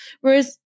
Whereas